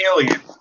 alien